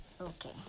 Okay